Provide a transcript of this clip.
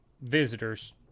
visitors